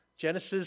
Genesis